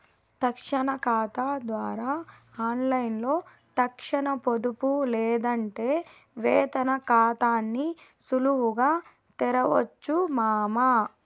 తక్షణ కాతా ద్వారా ఆన్లైన్లో తక్షణ పొదుపు లేదంటే వేతన కాతాని సులువుగా తెరవొచ్చు మామా